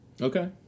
Okay